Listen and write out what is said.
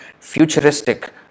futuristic